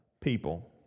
people